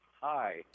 hi